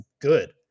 good